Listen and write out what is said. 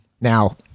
Now